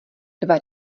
dva